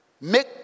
make